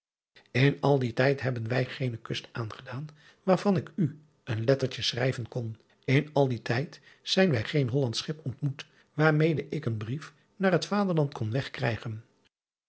n al dien tijd hebben wij geene kust aangedaan waarvan ik u een lettertje schrijven kon n al dien tijd zijn wij geen ollandsch chip ontmoet waarmede ik een brief naar het aderland kon